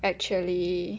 actually